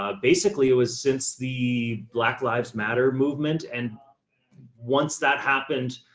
ah basically it was since the black lives matter movement. and once that happened,